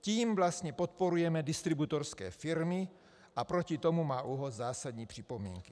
Tím vlastně podporujeme distributorské firmy a proti tomu má ÚOHS zásadní připomínky.